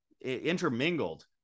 intermingled